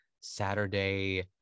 saturday